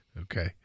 Okay